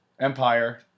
Empire